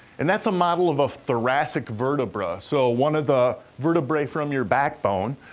and that's a model of a thoracic vertebra, so one of the vertebrae from your back bone.